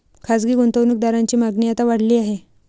खासगी गुंतवणूक दारांची मागणी आता वाढली आहे